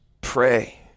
pray